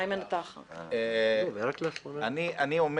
אני אומר